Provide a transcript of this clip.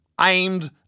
aimed